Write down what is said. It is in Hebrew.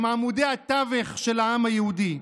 הם עמודי התווך של העם היהודי.